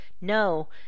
No